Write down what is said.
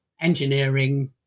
engineering